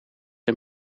een